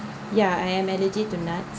yeah yeah I am allergic to nuts